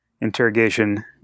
interrogation